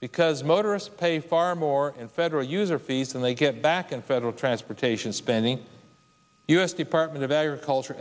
because motorists pay far more in federal user fees and they get back in federal transportation spending u s department of agriculture